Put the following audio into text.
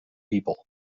people